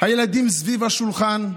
הילדים סביב השולחן,